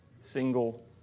single